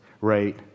right